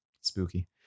Spooky